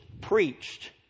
preached